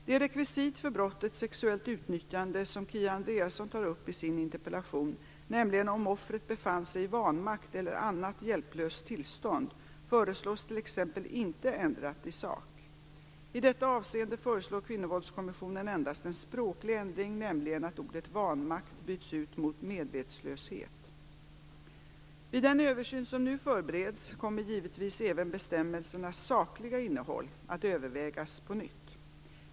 Det rekvisit för brottet sexuellt utnyttjande som Kia Andreasson tar upp i sin interpellation, nämligen om offret befann sig i vanmakt eller annat hjälplöst tillstånd, föreslås t.ex. inte ändrat i sak. I detta avseende föreslår Kvinnovåldskommissionen endast en språklig ändring, nämligen att ordet vanmakt byts ut mot medvetslöshet. Vid den översyn som nu förbereds kommer givetvis även bestämmelsernas sakliga innehåll att övervägas på nytt.